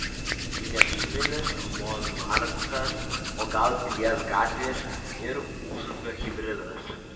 miniatiūrinis monmartras o gal pilies gatvės ir užupio hibridas